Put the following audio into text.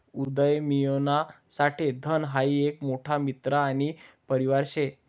उदयमियोना साठे धन हाई एक मोठा मित्र आणि परिवार शे